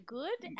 good